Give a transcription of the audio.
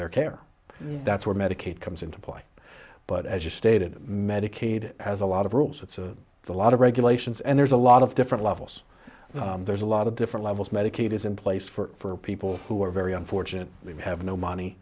their care that's where medicaid comes into play but as you stated medicaid has a lot of rules with the lot of regulations and there's a lot of different levels there's a lot of different levels medicaid is in place for people who are very unfortunate we have no money